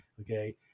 Okay